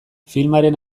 filmaren